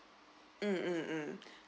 mm mm mm